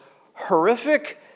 horrific